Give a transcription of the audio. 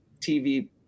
TV